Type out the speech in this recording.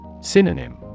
Synonym